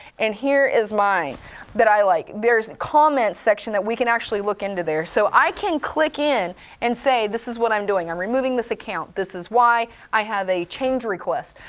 and here is mine that i like, there's a comment section that we can actually look into there. so i can click in and say, this is what i'm doing. i'm removing this account, this is why, i have a change request,